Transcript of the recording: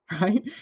right